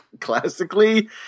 Classically